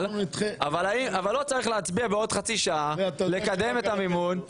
לא צריך להצביע בעוד חצי שעה לקדם את המימון.